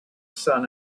sun